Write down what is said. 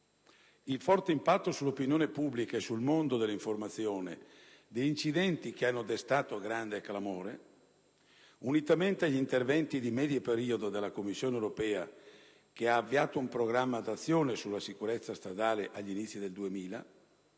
Il forte impatto sull'opinione pubblica e sul mondo dell'informazione di incidenti che hanno destato grande clamore, unitamente agli interventi di medio periodo della Commissione europea, che ha avviato un programma d'azione sulla sicurezza stradale agli inizi del 2000,